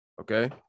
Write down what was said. okay